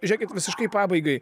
žiūrėkit visiškai pabaigai